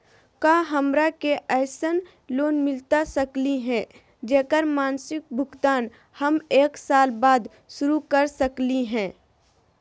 का हमरा के ऐसन लोन मिलता सकली है, जेकर मासिक भुगतान हम एक साल बाद शुरू कर सकली हई?